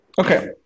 Okay